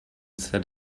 set